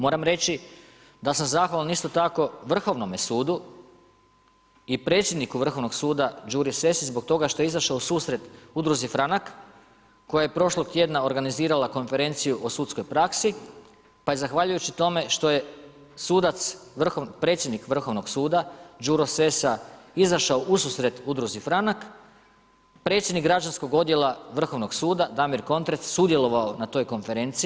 Moram reći, da sam zahvalan isto tako Vrhovnome sudu i predsjedniku Vrhovnog suda Đuri Sesi zbog toga što je izašao u susret Udruzi Franak, koja je prošlog tjedna organizirala konferenciju o sudskoj praksi, pa je zahvaljujući tome, što je predsjednik Vrhovnog suda Đuro Sesa izašao u susret Udruzi Franak, predsjednik građanskog odjela Vrhovnog suda, Damir Kontrec, sudjelovao na toj konferenciji.